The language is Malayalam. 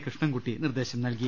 കൃഷ്ണൻകുട്ടി നിർദ്ദേശം നൽകി